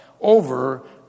over